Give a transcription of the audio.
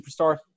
superstar